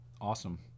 awesome